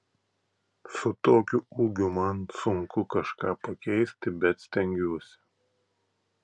su tokiu ūgiu man sunku kažką pakeisti bet stengiuosi